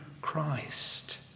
Christ